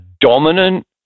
dominant